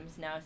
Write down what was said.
now